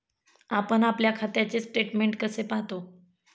आपण आपल्या खात्याचे स्टेटमेंट कसे पाहतो?